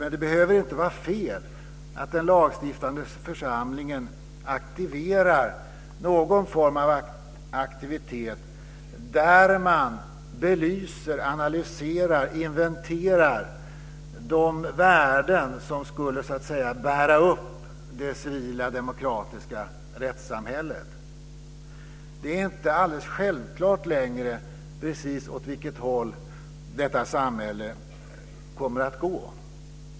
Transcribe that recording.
Men det behöver inte vara fel att den lagstiftande församlingen initierar en aktivitet där man belyser, analyserar och inventerar de värden som skulle bära upp det civila, demokratiska rättssamhället. Det är inte längre självklart åt vilket håll samhället kommer att gå.